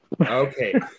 Okay